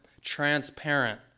transparent